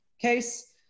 case